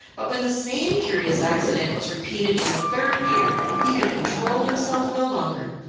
but when the same curious accident was repeated in the third year he could control himself no longer,